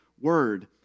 word